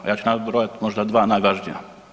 Ja ću nabrojat možda dva najvažnija.